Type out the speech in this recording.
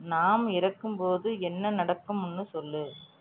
நாம் இறக்கும் போது என்ன நடக்குமுன்னு சொல்